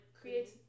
creates